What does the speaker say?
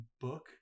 book